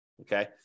okay